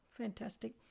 Fantastic